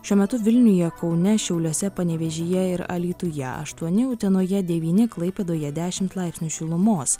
šiuo metu vilniuje kaune šiauliuose panevėžyje ir alytuje aštuoni utenoje devyni klaipėdoje dešimt laipsnių šilumos